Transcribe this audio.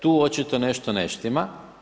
Tu očito nešto ne štima.